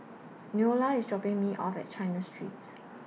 Neola IS dropping Me off At China Street